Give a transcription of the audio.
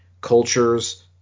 cultures